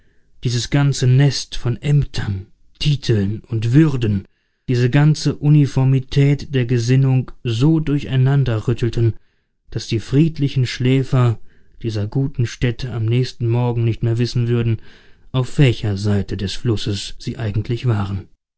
dieses ganze nest von aemtern titeln und würden diese ganze uniformität der gesinnung so durcheinander rüttelten daß die friedlichen schläfer dieser guten städte am nächsten morgen nicht mehr wissen würden auf welcher seite des flusses sie eigentlich waren